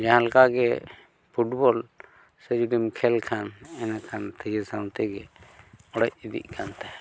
ᱡᱟᱦᱟᱸᱞᱮᱠᱟ ᱜᱮ ᱥᱮ ᱡᱩᱫᱤᱢ ᱠᱷᱮᱹᱞ ᱠᱷᱟᱱ ᱤᱱᱟᱹ ᱠᱷᱟᱱ ᱛᱷᱤᱭᱟᱹ ᱥᱟᱶ ᱛᱮᱜᱮ ᱚᱲᱮᱡ ᱤᱫᱤᱜ ᱠᱟᱱ ᱛᱟᱦᱮᱱ